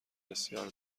بسیار